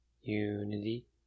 unity